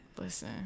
Listen